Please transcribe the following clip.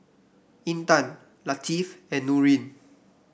Intan Latif and Nurin